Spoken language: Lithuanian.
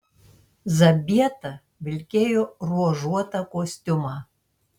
zabieta vilkėjo ruožuotą kostiumą